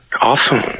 Awesome